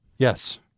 Yes